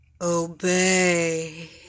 Obey